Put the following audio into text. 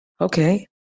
Okay